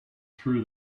through